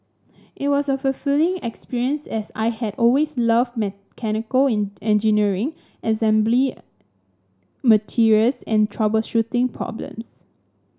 it was a fulfilling experience as I had always loved mechanical in engineering assembling materials and troubleshooting problems